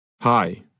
Hi